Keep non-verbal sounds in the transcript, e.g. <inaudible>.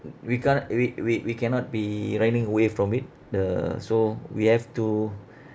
<noise> we can't we we we cannot be running away from it the so we have to